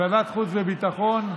לוועדת החוץ והביטחון ותתחילו,